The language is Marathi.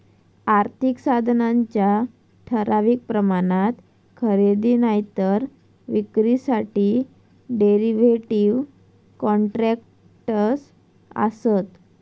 आर्थिक साधनांच्या ठराविक प्रमाणात खरेदी नायतर विक्रीसाठी डेरीव्हेटिव कॉन्ट्रॅक्टस् आसत